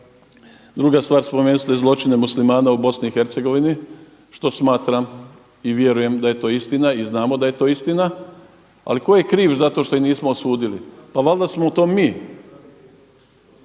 Druga stvar, spomenuli ste zločine Muslimana u BiH, što smatram i vjerujem da je to istina i znamo da je to istina. Ali tko je kriv za to što ih nismo osudili? Pa valjda smo to mi.